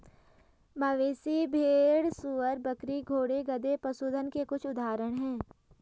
मवेशी, भेड़, सूअर, बकरी, घोड़े, गधे, पशुधन के कुछ उदाहरण हैं